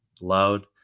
loud